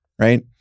right